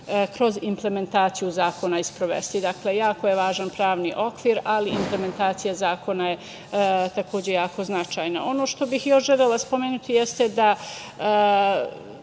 kroz implementaciju zakona i sprovesti. Dakle, jako je važan pravni okvir ali implementacija zakona je takođe jako značajna. Ono što bih još želela spomenuti jeste da